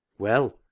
well,